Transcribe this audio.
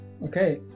Okay